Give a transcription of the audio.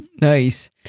Nice